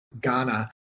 Ghana